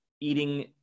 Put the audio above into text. eating